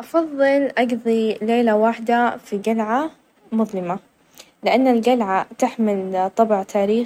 أفظل استكشف المحيط لإنه مليئًا بالأسرار، الكائنات البحرية المتنوعة، وكمان يمنحني